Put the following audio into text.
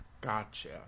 Gotcha